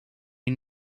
you